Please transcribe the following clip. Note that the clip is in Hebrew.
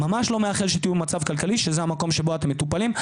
ממש לא מאחל שתהיו במצב כלכלי שזה יהיה המקום שבו אתם מטופלים.